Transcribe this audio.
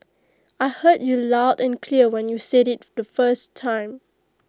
I heard you loud and clear when you said IT the first time